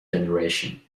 generation